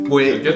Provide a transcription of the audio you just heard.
Wait